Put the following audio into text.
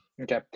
Okay